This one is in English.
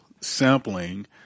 sampling